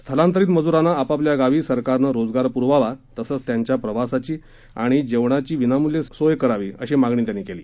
स्थलांतरित मजूरांना आपापल्या गावी सरकारनं रोजगार पुरवावा तसच त्यांच्या प्रवासाची आणि जेवणाची विनामूल्य सोय करावी अशी मागणी त्यांनी केली